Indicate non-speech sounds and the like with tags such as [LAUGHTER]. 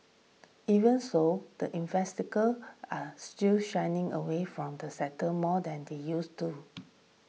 even so the [UNINTELLIGIBLE] are still shying away from the sector more than they used to